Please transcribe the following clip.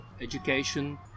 education